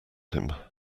him